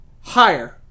Higher